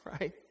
right